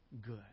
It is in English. good